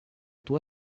tua